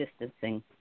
distancing